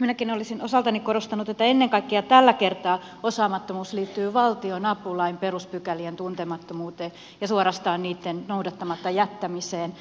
minäkin olisin osaltani korostanut että ennen kaikkea tällä kertaa osaamattomuus liittyy valtionapulain peruspykälien tuntemattomuuteen ja suorastaan niitten noudattamatta jättämiseen